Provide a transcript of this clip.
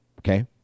okay